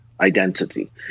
identity